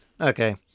Okay